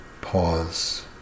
Pause